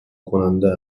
کننده